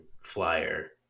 flyer